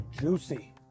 juicy